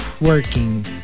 working